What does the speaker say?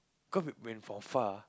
cause when from far